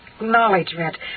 acknowledgement